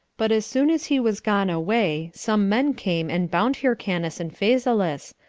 but as soon as he was gone away, some men came and bound hyrcanus and phasaelus,